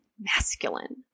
masculine